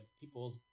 people's